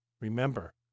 Remember